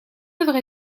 œuvre